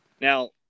Now –